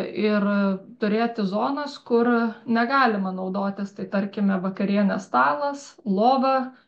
ir turėti zonas kur negalima naudotis tai tarkime vakarienės stalas lova